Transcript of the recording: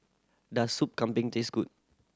does Sup Kambing taste good